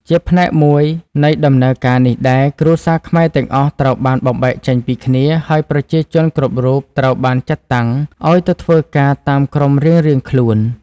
ជាផ្នែក មួយនៃដំណើរការនេះដែរ គ្រួសារខ្មែរទាំងអស់ត្រូវបានបំបែកចេញពីគ្នា ហើយប្រជាជនគ្រប់រូបត្រូវបានចាត់តាំងឱ្យទៅ ធ្វើការតាមក្រុមរៀងៗខ្លួន ។